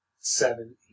Seven